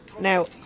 Now